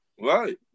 Right